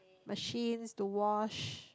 machines to wash